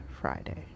Friday